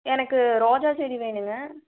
எனக்கு ரோஜா செடி வேணுங்க